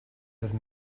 have